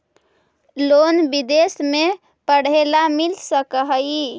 Loan विदेश में पढ़ेला मिल सक हइ?